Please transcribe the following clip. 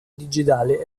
digitale